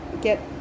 get